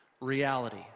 Reality